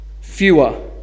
fewer